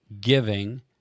giving